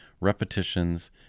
repetitions